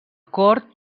cort